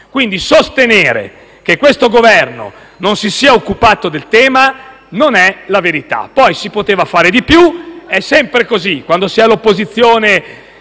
Quindi, sostenere che questo Governo non si sia occupato del tema non è la verità. Poi si poteva fare di più: è sempre così. Quando si è all'opposizione,